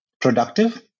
productive